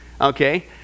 Okay